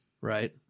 right